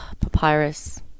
Papyrus